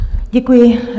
Děkuji.